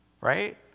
right